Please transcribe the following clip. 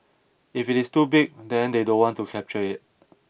if it is too big then they don't want to capture it